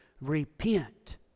repent